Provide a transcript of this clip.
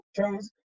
chose